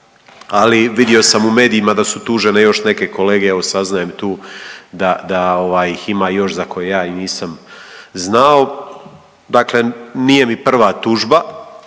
Ali vidio sam u medijima da su tužene još neke kolege. Evo saznajem tu da ih ima još za koje ja i nisam znao. Dakle, nije mi prva tužba,